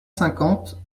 cinquante